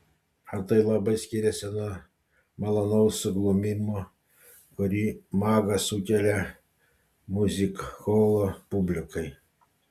ar tai labai skiriasi nuo malonaus suglumimo kurį magas sukelia miuzikholo publikai